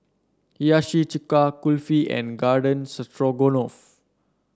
Hiyashi Chuka Kulfi and Garden Stroganoff